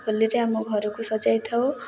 ହୋଲିରେ ଆମ ଘରକୁ ସଜାଇ ଥାଉ